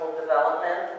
development